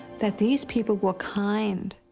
that these people were kind.